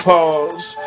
Pause